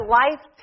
life